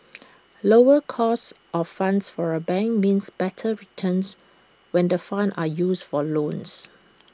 lower cost of funds for A bank means better returns when the funds are used for loans